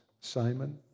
Simon